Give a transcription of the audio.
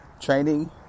training